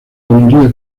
uniría